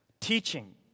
Teaching